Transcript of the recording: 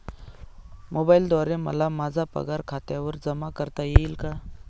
मोबाईलद्वारे मला माझा पगार खात्यावर जमा करता येईल का?